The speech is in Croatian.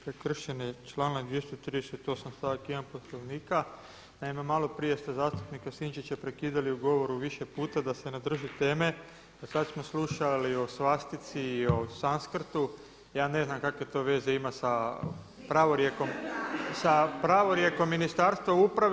Prekršen je članak 238. stavak 1. Poslovnika, naime malo prije ste zastupnika Sinčića prekidali u govoru više puta da se ne drži tema, a sada smo slušali o svastici i o sanskrtu, ja ne znam kakve to veze ima sa pravorijekom Ministarstva uprave.